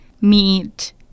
meat